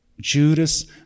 Judas